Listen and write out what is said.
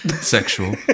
Sexual